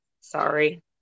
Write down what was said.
Sorry